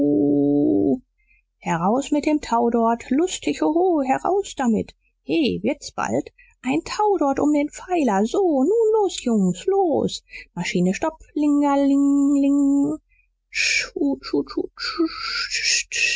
heraus mit dem tau dort lustig hoho heraus damit he wird's bald ein tau dort um den pfeiler so nun los jungens los maschine stopp ling